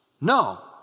No